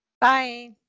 Bye